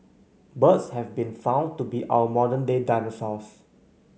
birds have been found to be our modern day dinosaurs